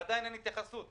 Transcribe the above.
ועדיין אין התייחסות.